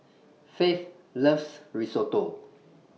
Faith loves Risotto